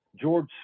George